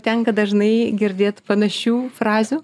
tenka dažnai girdėt panašių frazių